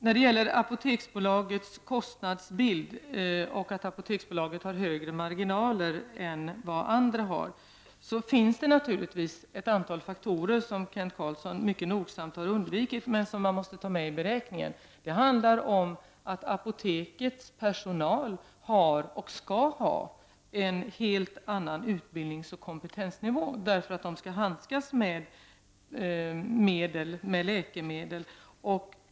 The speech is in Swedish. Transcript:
När det gäller frågan om Apoteksbolagets kostnadsbild och att det har högre marginaler än vad andra har finns det naturligtvis ett antal faktorer som Kent Carlsson mycket nogsamt har undvikit men som man måste ta med i beräkningen. Apotekets personal har och skall ha en helt annan utbildningsoch kompetensnivå, eftersom man skall handskas med läkemedel.